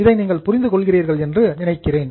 இதை நீங்கள் புரிந்து கொள்கிறீர்கள் என்று நினைக்கிறேன்